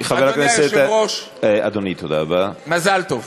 אדוני היושב-ראש, מזל טוב.